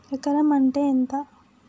ఎకరం అంటే ఎంత?